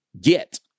get